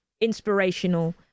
inspirational